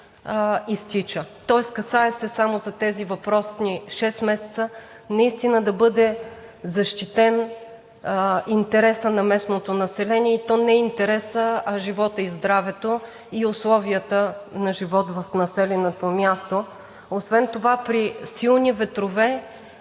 изтича. Тоест касае се само за тези въпросни шест месеца, наистина да бъде защитен интересът на местното население, и то не интересът, а животът и здравето, и условията на живот в населеното място. Освен това при силни ветрове